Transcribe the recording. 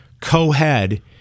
co-head